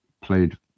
played